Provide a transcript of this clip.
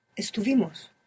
Estuvimos